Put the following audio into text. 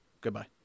Goodbye